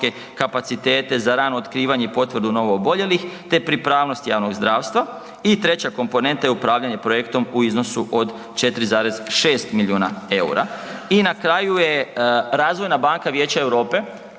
kapacitete za rano otkrivanje i potvrdu novooboljelih te pripravnost javnog zdravstva. I treća komponenta je upravljanje projektom u iznosu od 4,6 milijuna eura. I na kraju je Razvojna banka Vijeća Europe